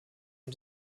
und